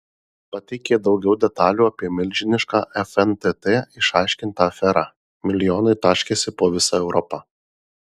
pateikė daugiau detalių apie milžinišką fntt išaiškintą aferą milijonai taškėsi po visą europą